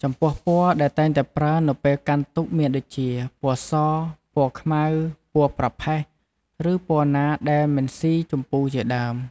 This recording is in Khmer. ចំំពោះពណ៌ដែលតែងតែប្រើនៅពេលកាន់ទុក្ខមានដូចជា ពណ៍ស ពណ៍ខ្មៅ ពណ៍ប្រផេះ ឬពណ៍ណាដែលមិនស៊ីជំពូជាដើម។